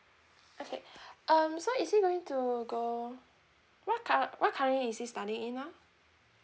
okay um so is he going to go what kind what kind is he studying in now